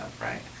right